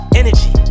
energy